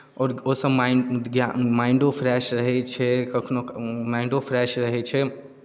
आओर ओहिसँ माइन्ड माइंडो फ्रेश रहैत छै कखनो माइंडो फ्रेश रहैत छै